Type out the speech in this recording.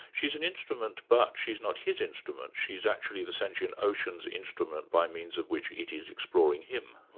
she's an instrument, but she's not his instrument, she's actually the sentient ocean's instrument by means of which it is exploring him.